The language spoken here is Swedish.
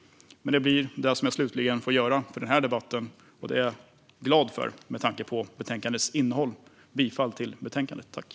Men det blir det jag slutligen får göra i den här debatten, och det är jag glad för med tanke på betänkandets innehåll. Jag yrkar bifall till förslaget i betänkandet.